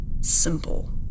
simple